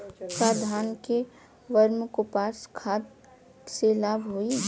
का धान में वर्मी कंपोस्ट खाद से लाभ होई?